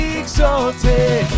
exalted